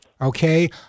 okay